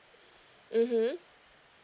mmhmm